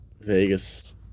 vegas